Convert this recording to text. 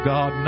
God